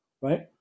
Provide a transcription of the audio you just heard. right